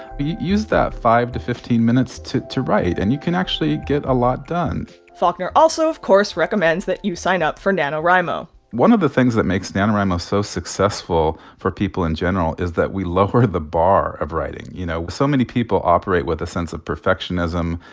but use that five to fifteen minutes to to write. and you can actually get a lot done faulkner also, of course, recommends that you sign up for nanowrimo one of the things that makes the nanowrimo so successful for people in general is that we lower the bar of writing. you know, so many people operate with a sense of perfectionism.